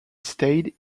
stayed